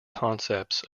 concepts